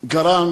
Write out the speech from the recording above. גרם